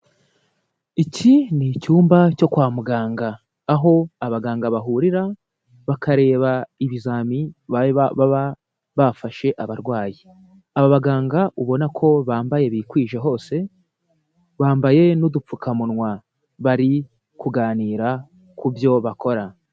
Iki ni icyumba cyo kwa muganga, aho abaganga bahurira bakareba ibizami baba bafashe abarwayi. Aba baganga ubona ko bambaye bikwije hose, bambaye n'udupfukamunwa, bari kuganira ku byo bakora.